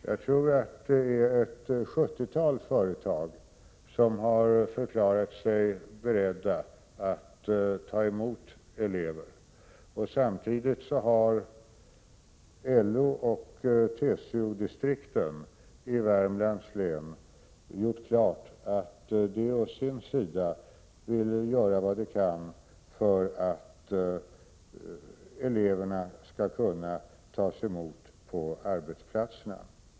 Jag tror att det är ett sjuttiotal företag som har förklarat sig beredda att ta emot elever. Samtidigt har LO och TCO-distrikten i Värmlands län gjort klart att de å sin sida vill göra vad de kan för att eleverna skall kunna tas emot på arbetsplatserna.